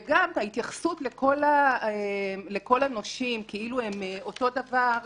וגם ההתייחסות לכל הנושים כאילו הם אותו דבר,